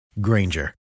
Granger